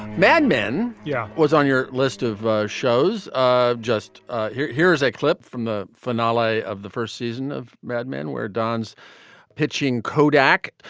mad men. yeah. what's on your list of shows ah just here? here's a clip from the finale of the first season of mad men where don's pitching kodak.